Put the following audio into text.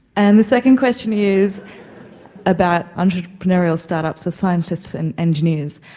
and the second question is about entrepreneurial start-ups for scientists and engineers.